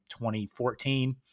2014